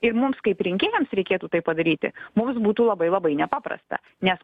ir mums kaip rinkėjams reikėtų tai padaryti mums būtų labai labai nepaprasta nes